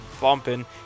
bumping